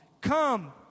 Come